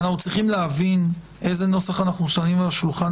אנחנו צריכים להבין איזה נוסח אנחנו שמים על השולחן,